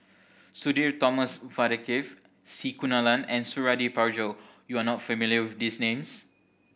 Sudhir Thomas Vadaketh C Kunalan and Suradi Parjo you are not familiar with these names